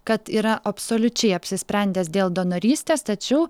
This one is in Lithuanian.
kad yra absoliučiai apsisprendęs dėl donorystės tačiau